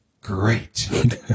great